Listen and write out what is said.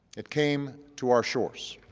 it came to our shores,